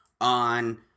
on